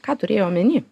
ką turėjai omeny